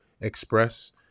express